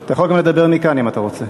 אתה יכול גם לדבר מכאן אם אתה רוצה.